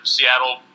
Seattle